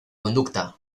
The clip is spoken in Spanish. conducta